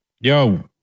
Yo